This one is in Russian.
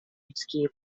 людские